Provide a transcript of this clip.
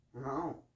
No